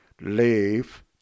leave